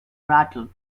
rattle